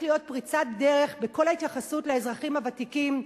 פריצת דרך בכל ההתייחסות לאזרחים הוותיקים.